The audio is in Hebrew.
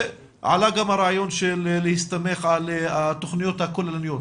ועלה גם הרעיון של להסתמך על התכניות הכוללניות,